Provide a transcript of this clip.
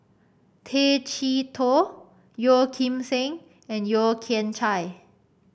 Tay Chee Toh Yeo Kim Seng and Yeo Kian Chye